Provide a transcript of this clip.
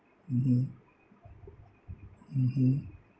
mmhmm mmhmm